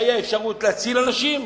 שהיתה אפשרות להציל אנשים,